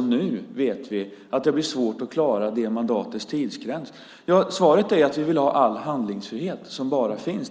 nu vet att det troligen blir svårt att klara tidsgränsen för detta mandat. Svaret är att vi vill ha all handlingsfrihet som bara kan finnas.